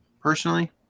Personally